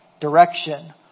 direction